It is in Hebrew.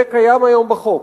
זה קיים היום בחוק,